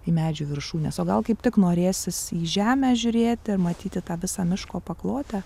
į medžių viršūnes o gal kaip tik norėsis į žemę žiūrėti ir matyti tą visą miško paklotę